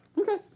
Okay